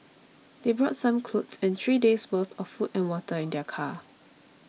they brought some clothes and three days' worth of food and water in their car